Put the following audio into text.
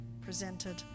Presented